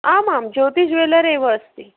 आमां ज्योतिः जुवेलर् एव अस्ति